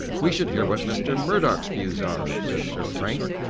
we should hear what mr murdoch's views are said sir frank.